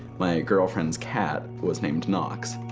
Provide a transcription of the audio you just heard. my girlfriend's cat was named nox,